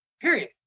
period